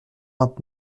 vingt